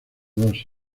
dos